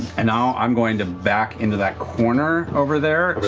and now i'm going to back into that corner over there.